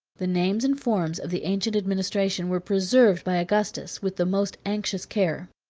the names and forms of the ancient administration were preserved by augustus with the most anxious care.